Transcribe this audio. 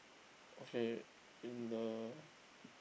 okay in the